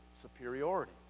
superiority